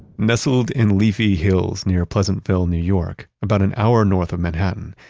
nestled in leafy hills near pleasantville, new york, about an hour north of manhattan,